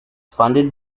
funded